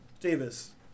Davis